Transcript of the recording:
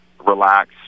relax